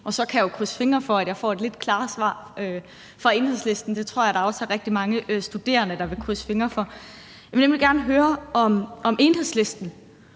og så kan jeg jo krydse fingre for, at jeg får et lidt klarere svar fra Enhedslisten. Det tror jeg også der er rigtig mange studerende der vil krydse fingre for. Jeg vil nemlig gerne høre, om Enhedslisten